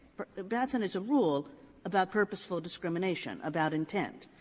batson is a rule about purposeful discrimination, about intent.